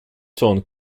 tongue